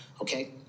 Okay